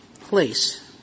place